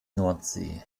nordsee